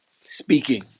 speaking